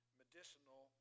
medicinal